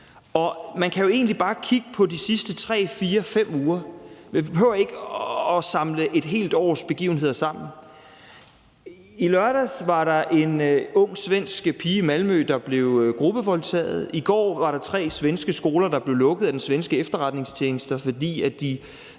Og man kan jo egentlig bare kigge på de sidste 3, 4, 5 uger; vi behøver ikke at samle et helt års begivenheder sammen. I lørdags var der en ung svensk pige i Malmø, der blev gruppevoldtaget. I går var der tre svenske skoler, der blev lukket af den svenske efterretningstjeneste, fordi de